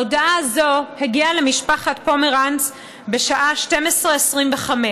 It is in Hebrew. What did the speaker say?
ההודעה הזאת הגיעה למשפחת פומרנץ בשעה 12:25,